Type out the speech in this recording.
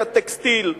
את הטקסטיל,